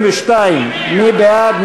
22, מי בעד?